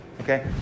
okay